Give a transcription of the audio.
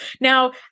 Now